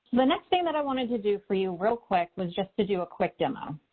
the next thing that i wanted to do for you real quick was just to do a quick demo.